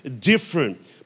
different